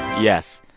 yes.